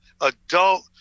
adult